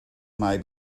may